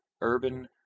urban